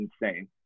insane